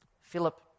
Philip